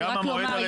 רק לומר,